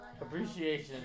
Appreciation